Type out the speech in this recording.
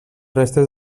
restes